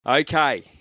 Okay